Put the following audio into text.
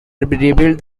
rebuilt